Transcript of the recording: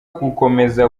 gukomeza